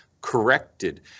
corrected